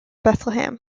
bethlehem